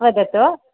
वदतु